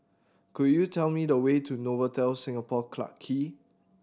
could you tell me the way to Novotel Singapore Clarke Quay